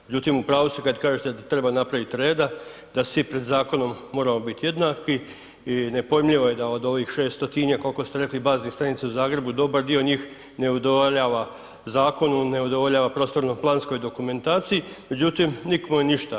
Međutim, u pravu ste kad kažete da treba napraviti reda, da svi pred zakonom moramo biti jednaki i nepojmljivo je da od ovih 600-tinjak, koliko ste rekli, baznih stanica u Zagrebu, dobar dio njih ne udovoljava zakonu, ne udovoljava prostorno-planskoj dokumentaciji, međutim, nikome ništa.